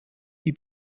die